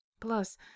Plus